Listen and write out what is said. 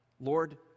lord